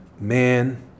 man